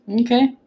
Okay